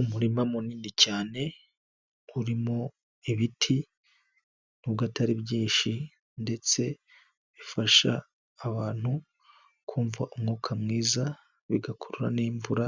Umurima munini cyane urimo ibiti, nubwo atari byinshi, ndetse bifasha abantu kumva umwuka mwiza, bigakurura n'imvura,